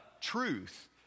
truth